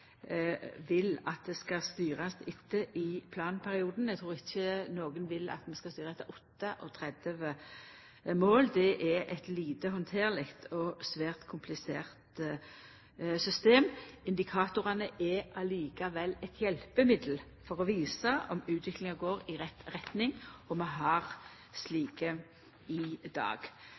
vil det skal styrast etter i planperioden. Eg trur ikkje nokon vil at vi skal styra etter 38 mål. Det er eit lite handterleg og svært komplisert system. Indikatorane er likevel eit hjelpemiddel for å visa om utviklinga går i rett retning, og vi har slike i dag.